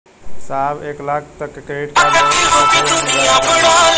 साहब हम एक लाख तक क क्रेडिट कार्ड लेवल सोचत हई ओमन ब्याज कितना लागि?